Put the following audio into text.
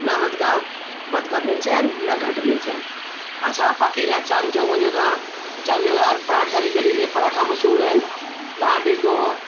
न वधिक वधिक मिर्च आहिनि न घटि मिर्च आहिनि अछा बाक़ी रहिया चांदनी चौक वञो तां चांद्नी चौक में पराठे वाली गली में पराठा मशहूरु आहिनि तव्हां ॾिसंदो